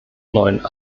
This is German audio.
neuen